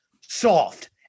soft